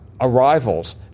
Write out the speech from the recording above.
arrivals